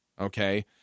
okay